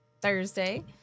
Thursday